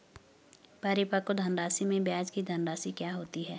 परिपक्व धनराशि में ब्याज की धनराशि क्या होती है?